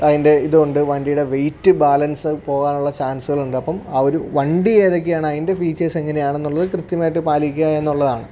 അതിൻ്റെ ഇത് ഉണ്ട് വണ്ടിയുടെ വെയിറ്റ് ബാലൻസ് പോകാനുള്ള ചാൻസുകൾ ഉണ്ട് അപ്പം ആ ഒരു വണ്ടി ഏതൊക്കെയാണ് അതിൻ്റെ ഫീച്ചേഴ്സ് എങ്ങനെയാണ് എന്നുള്ളത് കൃത്യമായിട്ട് പാലിക്ക്ക എന്നുള്ളതാണ്